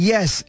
Yes